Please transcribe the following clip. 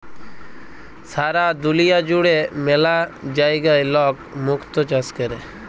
সারা দুলিয়া জুড়ে ম্যালা জায়গায় লক মুক্ত চাষ ক্যরে